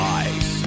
eyes